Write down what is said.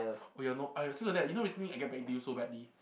oh you want know I also like that you know recently I get back deal so badly